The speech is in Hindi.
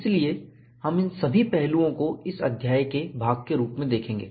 इसलिए हम इन सभी पहलुओं को इस अध्याय के भाग के रूप देखेंगे